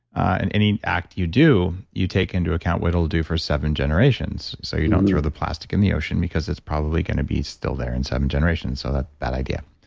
and any act you do, you take into account what it will do for seven generations. so you don't throw the plastic in the ocean because it's probably going to be still there in seven generations. so that that idea.